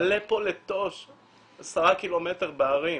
10 קילומטר בהרים,